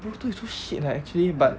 boruto is so shit leh actually but